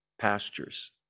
pastures